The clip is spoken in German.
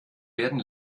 werden